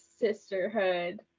sisterhood